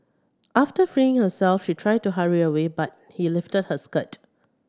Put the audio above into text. after freeing herself she tried to hurry away but he lifted her skirt